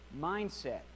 mindset